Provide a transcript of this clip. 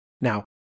now